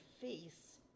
face